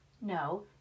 No